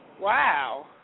wow